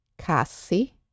Cassie